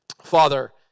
Father